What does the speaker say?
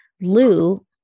Lou